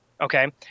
okay